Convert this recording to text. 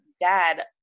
dad